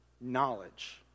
knowledge